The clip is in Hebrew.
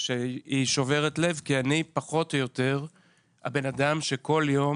שהיא שוברת לב כי אני פחות או יותר הבן אדם שכל יום